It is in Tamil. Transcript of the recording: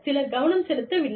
சிலர் கவனம் செலுத்தவில்லை